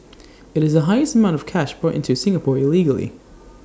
IT is the highest amount of cash brought into Singapore illegally